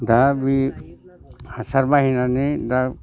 दा बे हासार बाहायनानै दा